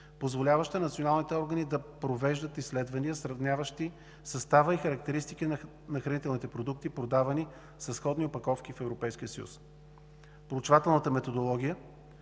позволяваща на националните органи да провеждат изследвания, сравняващи състава и характеристиките на хранителните продукти, продавани със сходни опаковки в Европейския съюз. Проучвателната методология